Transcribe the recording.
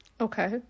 Okay